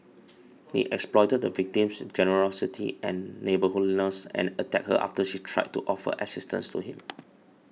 he exploited the victim's generosity and neighbourliness and attacked her after she tried to offer assistance to him